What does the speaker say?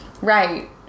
Right